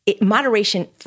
moderation